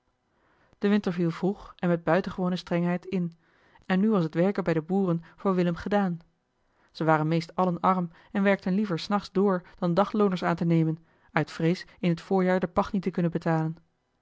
de winter viel vroeg en met buitengewone strengheid in en nu was het werken bij de boeren voor willem gedaan ze waren meest eli heimans willem roda allen arm en werkten liever s nachts door dan daglooners aan te nemen uit vrees in het voorjaar de pacht niet te kunnen betalen